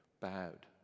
bowed